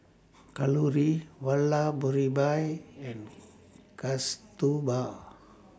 Kalluri Vallabhbhai and Kasturba